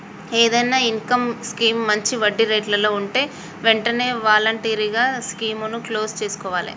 ఏదైనా income scheme మంచి వడ్డీరేట్లలో వుంటే వెంటనే వాలంటరీగా స్కీముని క్లోజ్ చేసుకోవాలే